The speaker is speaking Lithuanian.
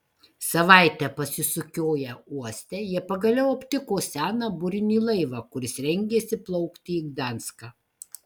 savaitę pasisukioję uoste jie pagaliau aptiko seną burinį laivą kuris rengėsi plaukti į gdanską